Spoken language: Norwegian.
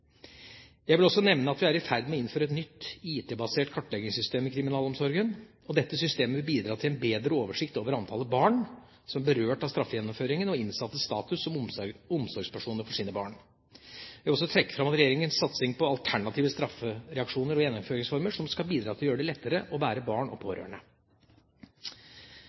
Jeg vil også nevne at vi er i ferd med å innføre et nytt IT-basert kartleggingssystem i kriminalomsorgen. Dette systemet vil bidra til en bedre oversikt over antallet barn som er berørt av straffegjennomføringen, og innsattes status som omsorgspersoner for sine barn. Jeg vil også trekke fram regjeringas satsing på alternative straffereaksjoner og gjennomføringsformer, som skal bidra til å gjøre det lettere å være barn og pårørende.